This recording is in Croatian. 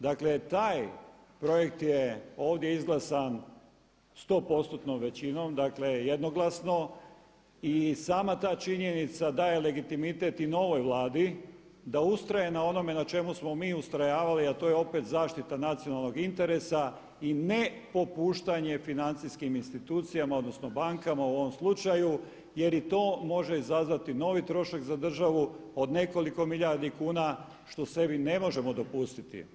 Dakle taj projekt je ovdje izglasan 100%-tnom većinom, dakle jednoglasno i sama ta činjenica daje legitimitet i novoj Vladi da ustraje na onome na čemu smo mi ustrajavali a to je opet zaštita nacionalnog interesa i ne popuštanje financijskim institucijama odnosno bankama u ovom slučaju jer i to može izazvati novi trošak za državu od nekoliko milijardi kuna što sebi ne možemo dopustiti.